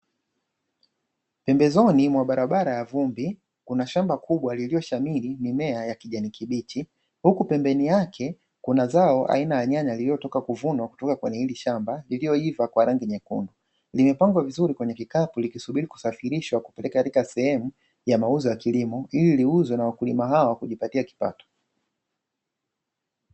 Pembezoni mwa barabara ya vumbi kuna shamba kubwa lilioshamiri mimea ya kijani kibichi huku pembeni yake kuna zao aina ya nyanya iliyotoka kuvunwa kutoka kwenye hili shamba iliyoiva kwa rangi nyekundu, limepangwa vizuri kwenye kikapu likisubiri kusafirishwa kupeleka katika sehemu ya mauzo ya kilimo ili liuzwe na wakulima hao kujipatia kipato.